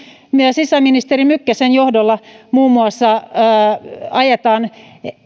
sisäministeri mykkäsen johdolla ajetaan